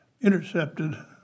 intercepted